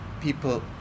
people